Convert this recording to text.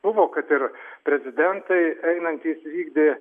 buvo kad ir prezidentai einantys vykdė